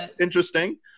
interesting